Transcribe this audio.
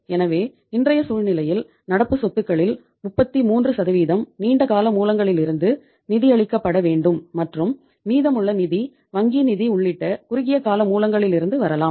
எனவே இன்றைய சூழ்நிலையில் நடப்பு சொத்துகளில் 33 நீண்ட கால மூலங்களிலிருந்து நிதியளிக்கப்பட வேண்டும் மற்றும் மீதமுள்ள நிதி வங்கி நிதி உள்ளிட்ட குறுகிய கால மூலங்களிலிருந்து வரலாம்